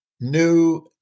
new